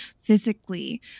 physically